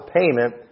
payment